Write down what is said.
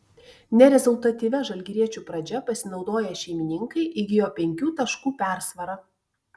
nerezultatyvia žalgiriečių pradžia pasinaudoję šeimininkai įgijo penkių taškų persvarą